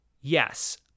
yes